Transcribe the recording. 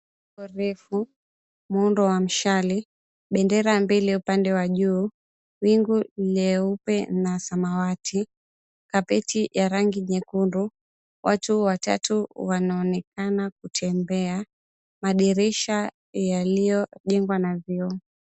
Jengo refu muundo wa mshale, bendera mbili upande wa juu, wingu leupe na samawati, carpet ya rangi nyekundu. Watu watatu wanaonekana kutembea, madirisha yaliyojengwa na vioo.